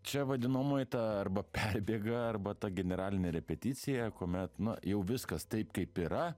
čia vadinamoji ta arba perbėga arba ta generalinė repeticija kuomet na jau viskas taip kaip yra